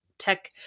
tech